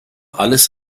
alles